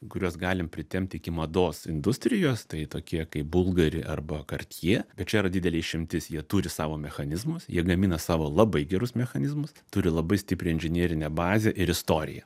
kuriuos galim pritempti iki mados industrijos tai tokie kaip bulgari arba kartjie bet čia yra didelė išimtis jie turi savo mechanizmus jie gamina savo labai gerus mechanizmus turi labai stiprią inžinerinę bazę ir istoriją